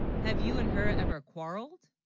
have you and her ever quarreled